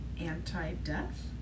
anti-death